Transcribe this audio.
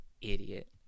idiot